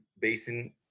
Basin